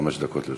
חמש דקות לרשותך.